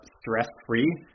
stress-free